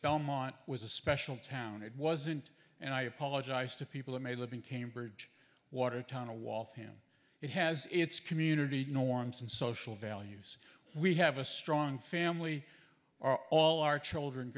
belmont was a special town it wasn't and i apologize to people who may live in cambridge watertown a wall for him it has its community norms and social values we have a strong family or all our children